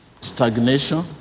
Stagnation